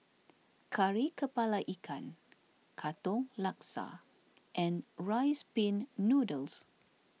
Kari Kepala Ikan Katong Laksa and Rice Pin Noodles